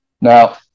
Now